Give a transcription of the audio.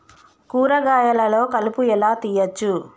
కూరగాయలలో కలుపు ఎలా తీయచ్చు?